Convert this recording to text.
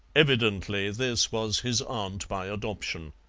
evidently this was his aunt by adoption.